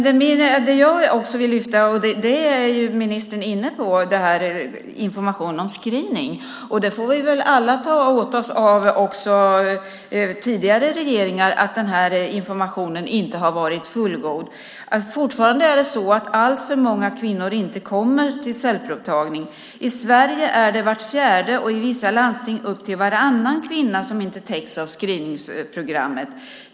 Det jag också vill lyfta fram, och det är ministern inne på, är informationen om screening. Vi får väl alla ta åt oss av, också tidigare regeringar, att den här informationen inte har varit fullgod. Fortfarande är det så att alltför många kvinnor inte kommer till cellprovtagning. I Sverige är det var fjärde och i vissa landsting upp till varannan kvinna som inte täcks av screeningsprogrammet.